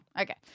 Okay